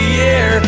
year